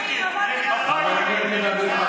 עבדת על העצמאים.